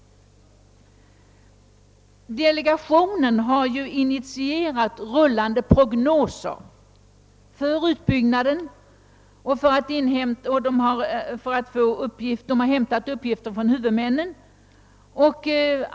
Delegationen har initierat rullande prognoser för utbyggnaden, och den har hämtat uppgifter från huvudmännen.